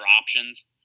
options